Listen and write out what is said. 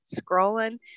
scrolling